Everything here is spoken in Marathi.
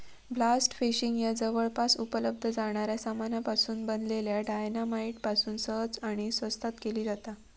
ब्लास्ट फिशिंग ह्या जवळपास उपलब्ध जाणाऱ्या सामानापासून बनलल्या डायना माईट पासून सहज आणि स्वस्तात केली जाता